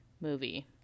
movie